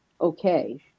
okay